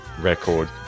record